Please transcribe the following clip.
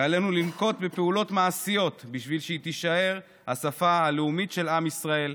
ועלינו לנקוט פעולות מעשיות בשביל שהיא תישאר השפה הלאומית של עם ישראל,